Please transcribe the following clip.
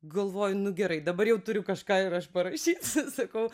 galvoju nu gerai dabar jau turiu kažką ir aš parašysiu sakau